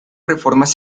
reformas